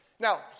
Now